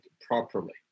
properly